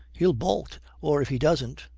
he'll bolt or if he doesn't,